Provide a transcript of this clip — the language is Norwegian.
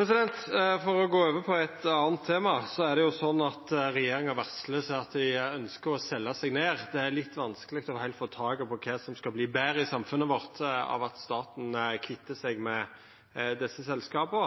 For å gå over til eit anna tema: Det er jo slik at regjeringa varslar at dei ønskjer å selja seg ned. Det er litt vanskeleg heilt å få tak på kva som skal verta betre i samfunnet vårt av at staten kvittar seg med desse selskapa.